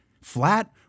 flat